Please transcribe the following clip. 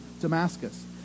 Damascus